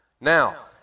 Now